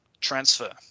Transfer